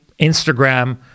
Instagram